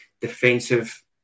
defensive